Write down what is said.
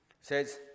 says